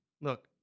Look